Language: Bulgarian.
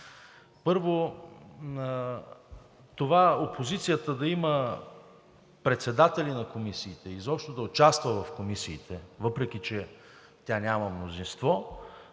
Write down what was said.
Първо, това опозицията да има председатели на комисиите и изобщо да участва в комисиите, въпреки че тя няма мнозинство,